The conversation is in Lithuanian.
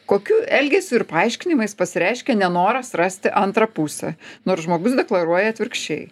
kokiu elgesiu ir paaiškinimais pasireiškia nenoras rasti antrą pusę nors žmogus deklaruoja atvirkščiai